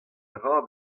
dra